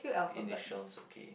initials okay